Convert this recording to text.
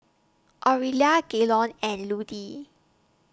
Orelia Gaylon and Ludie